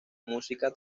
música